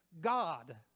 God